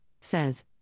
says